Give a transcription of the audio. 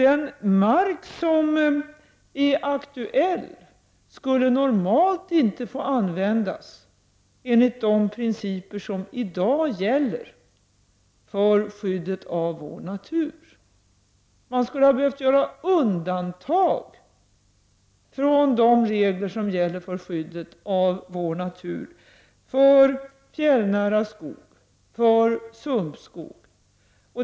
Den mark som är aktuell skulle normalt inte få användas, enligt de principer som i dag gäller för skyddet av vår natur. Det skulle i så fall ha fått göras undantag från de regler som gäller för skyddet av vår natur, för fjällnära skog och för sumpskog.